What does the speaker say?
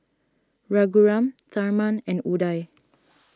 Raghuram Tharman and Udai